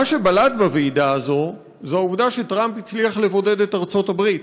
מה שבלט בוועידה הזאת זה העובדה שטראמפ הצליח לבודד את ארצות הברית,